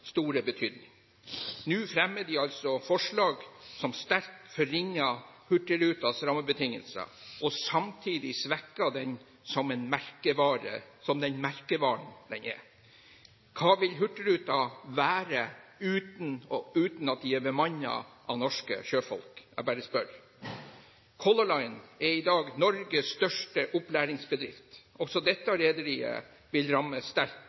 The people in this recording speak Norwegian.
store betydning. Nå fremmer de altså forslag som sterkt forringer Hurtigrutens rammebetingelser, og samtidig svekker den som den merkevaren den er. Hva vil Hurtigruten være uten at den er bemannet med norske sjøfolk? Jeg bare spør. Color Line er i dag Norges største opplæringsbedrift. Også dette rederiet vil rammes sterkt